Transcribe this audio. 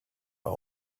are